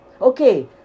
Okay